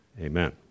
Amen